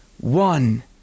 one